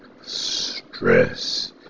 stress